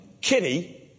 Kitty